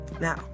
now